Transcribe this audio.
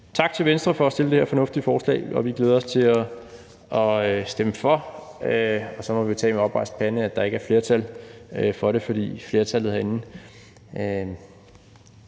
tak til Venstre for at fremsætte det her fornuftige forslag. Vi glæder os til at stemme for, og så må vi jo tage med oprejst pande, at der ikke er flertal for det, fordi flertallet herinde